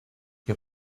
que